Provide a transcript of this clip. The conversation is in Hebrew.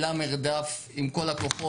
ניהלה מרדף עם כל הכוחות.